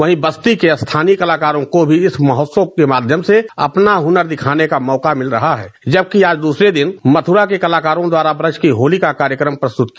वहीं बस्ती के स्थानीय कलाकारों को भी इस महोत्सव के माध्यम से अपना हुनर दिखाने का मौका मिल रहा है जबकि महोत्सव में दूसरे दिन मथुरा के कलाकारों द्वारा ब्रज के होली का कार्यक्रम किया